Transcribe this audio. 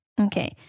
Okay